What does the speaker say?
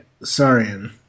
Sarian